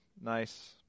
nice